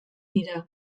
dira